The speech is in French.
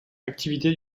activité